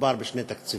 מדובר בשני תקציבים,